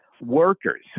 workers